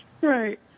Right